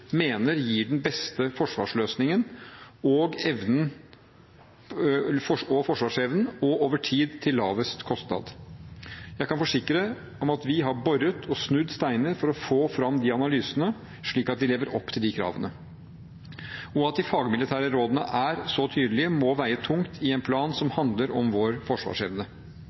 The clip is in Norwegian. mener gir den beste forsvarsløsning og forsvarsevne over tid, til lavest kostnad. Jeg kan forsikre om at vi har boret og snudd steiner for å få fram de analysene, slik at de lever opp til de kravene. At de fagmilitære rådene er så tydelige, må veie tungt i en plan som handler om vår forsvarsevne.